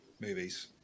movies